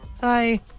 hi